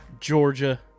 Georgia